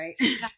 right